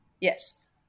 Yes